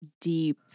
deep